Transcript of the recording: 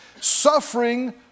suffering